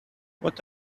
what